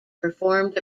performed